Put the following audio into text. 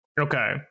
Okay